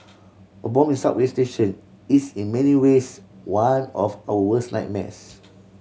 a bomb in subway station is in many ways one of our worse nightmares